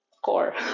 core